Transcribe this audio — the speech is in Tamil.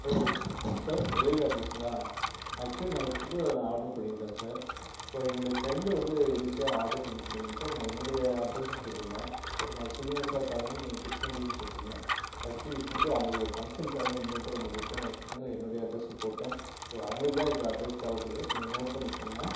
ஹலோ சார் டெலிவரி ஆஃபீஸ்சுங்களா ஆக்சுவலி நான் ஒரு ஃபுட் ஆட்ரு பண்ணியிருந்தேன் சார் ஸோ என்னுடைய ஃப்ரெண்ட் வந்து எதேர்ச்சியா ஆட்ரு பண்ணி கொடுங்கன்ட்டு நான் என்னுடைய அட்ரஸை போட்டுருந்தேன் ஸோ நான் சீனிவாச காலனி கிருஷ்ணகிரின்னு போட்டுருந்தேன் ஆக்சுவலி ஃபுட் அவங்களுக்கு ஒரு பங்சனுக்காக இம்மிடிட்யேட்டாக என்னை புக் பண்ண சொன்னதினால என்னுடைய அட்ரஸை போட்டேன் ஸோ அவங்களுக்குதான் இந்த அட்ரஸ் தேவைப்படுது கொஞ்சம் நோட் பண்ணிக்கோங்க